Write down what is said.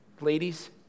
ladies